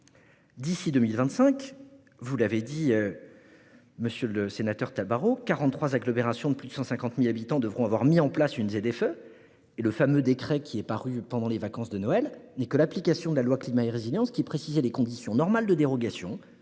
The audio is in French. D'ici à 2025, vous l'avez dit, monsieur le sénateur Tabarot, quarante-trois agglomérations de plus de 150 000 habitants devront avoir mis en place une ZFE et le fameux décret ayant paru pendant les vacances de Noël ne fait qu'appliquer la loi Climat et résilience en précisant les conditions normales de dérogation,